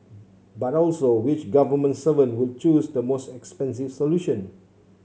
but also which government servant would choose the most expensive solution